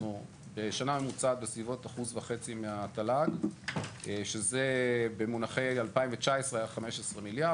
אנחנו בשנה ממוצעת בסביבות 1.5% מהתל"ג שזה במונחי 2019 היה 15 מיליארד.